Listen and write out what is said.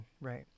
Right